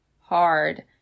hard